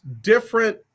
different